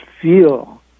feel